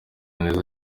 neza